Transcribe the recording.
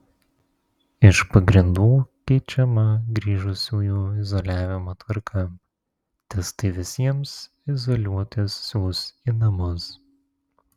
iš pagrindų keičiama grįžusiųjų izoliavimo tvarką testai visiems izoliuotis siųs į namus